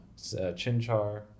Chinchar